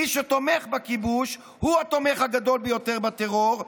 מי שתומך בכיבוש הוא התומך הגדול ביותר בטרור.